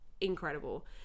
incredible